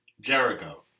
Jericho